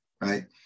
right